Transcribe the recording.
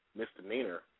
misdemeanor